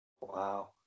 Wow